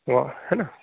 वाह है ना